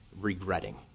regretting